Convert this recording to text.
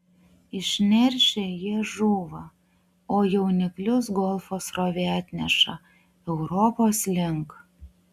išneršę jie žūva o jauniklius golfo srovė atneša europos link